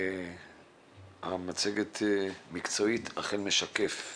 המצגת מקצועית, אכן משקפת